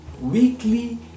weekly